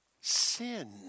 sin